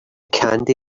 candy